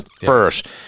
first